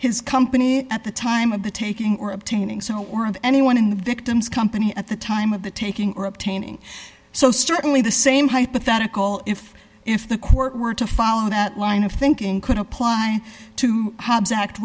his company at the time of the taking or obtaining so or of anyone in the victim's company at the time of the taking or obtaining so certainly the same hypothetical if if the court were to follow that line of thinking could apply to ho